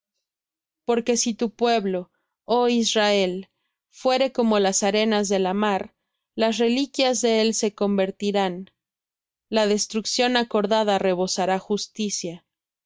porque si tu pueblo oh israel fuere como las arenas de la mar las reliquias de él se convertirán la destrucción acordada rebosará justicia pues